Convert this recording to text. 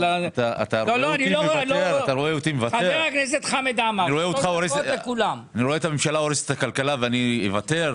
אני רואה את הממשלה הורסת את הכלכלה ואוותר?